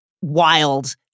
wild